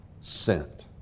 sent